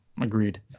Agreed